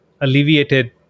alleviated